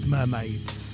Mermaids